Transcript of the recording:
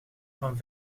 van